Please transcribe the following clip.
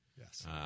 Yes